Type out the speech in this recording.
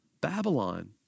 Babylon